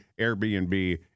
Airbnb